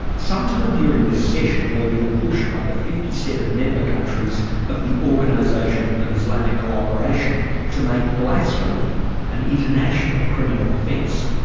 sometime during this session there'll be a push by the fifty seven member countries of the organisation of islamic cooperation to make blasphemy an international criminal offence.